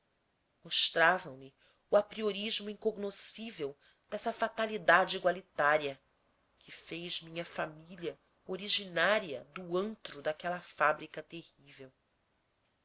mostravam me o apriorismo incognoscível dessa fatalidade igualitária que fez minha família originária do antro daquela fábrica terrível